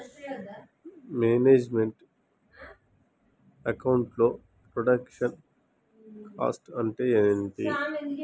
Manage meant account లో production cost అంటే ఏమిటి?